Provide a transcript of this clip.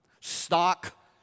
stock